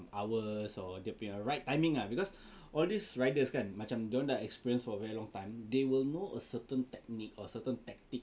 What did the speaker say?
um hours or dia punya right timing ah because all these riders kan macam dorang dah experience for a very long time they will know a certain technique or certain tactic